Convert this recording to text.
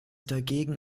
dagegen